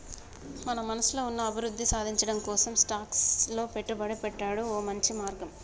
మన మనసులో ఉన్న అభివృద్ధి సాధించటం కోసం స్టాక్స్ లో పెట్టుబడి పెట్టాడు ఓ మంచి మార్గం